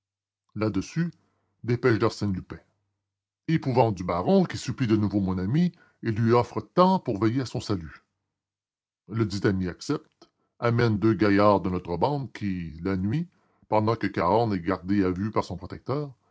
là-dessus dépêche d'arsène lupin épouvante du baron qui supplie de nouveau mon ami et lui offre tant pour veiller à son salut ledit ami accepte amène deux gaillards de notre bande qui la nuit pendant que cahorn est gardé à vue par son protecteur